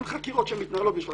אין חקירות שמתנהלות בלי זה.